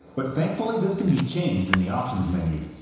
but thankfully this can be changed in the options menu.